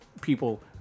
people